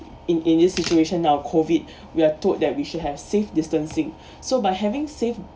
in any situation now COVID we are told that we should have safe distancing so by having safe